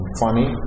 funny